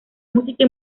música